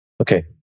Okay